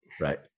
right